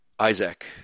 Isaac